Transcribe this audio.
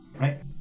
Right